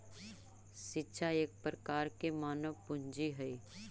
शिक्षा एक प्रकार के मानव पूंजी हइ